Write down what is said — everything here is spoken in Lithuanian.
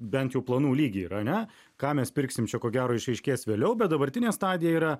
bent jau planų lygy yra ne ką mes pirksim čia ko gero išaiškės vėliau bet dabartinė stadija yra